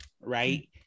Right